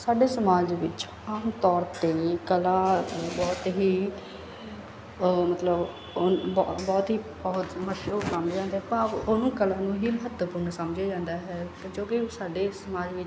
ਸਾਡੇ ਸਮਾਜ ਵਿੱਚ ਆਮ ਤੌਰ 'ਤੇ ਕਲਾ ਨੂੰ ਬਹੁਤ ਹੀ ਮਤਲਬ ਹੁਣ ਬਹੁ ਬਹੁਤ ਹੀ ਬਹੁਤ ਮਸ਼ਹੂਰ ਸਮਝਿਆ ਜਾਂਦਾ ਭਾਵ ਉਹਨੂੰ ਕਲਾ ਨੂੰ ਹੀ ਮਹੱਤਵਪੂਰਨ ਸਮਝਿਆ ਜਾਂਦਾ ਹੈ ਇੱਕ ਜੋ ਕਿ ਸਾਡੇ ਸਮਾਜ ਵਿੱਚ